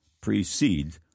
precede